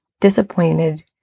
disappointed